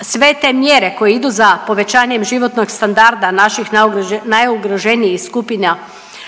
sve te mjere koje idu za povećanjem životnog standarda naših najugroženijih skupina,